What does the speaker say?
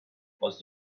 was